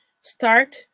start